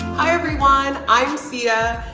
hi everyone. i'm siha,